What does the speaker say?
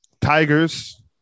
Tigers